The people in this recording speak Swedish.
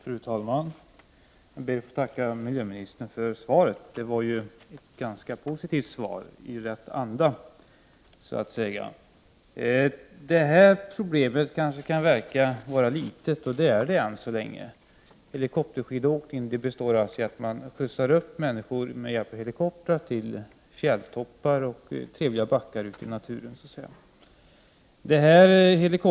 Fru talman! Jag ber att få tacka miljöministern för svaret. Det var ett ganska positivt svar i rätt anda. Det här problemet kan kanske verka litet. Det är det också än så länge. Helikopterskidåkning innebär att man skjutsar upp människor med hjälp av helikopter till fjälltoppar och trevliga backar ute i naturen. Helikoptrarna bullrar mycket kraftigt.